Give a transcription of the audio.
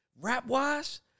rap-wise